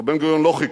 ובן-גוריון לא חיכה,